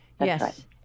Yes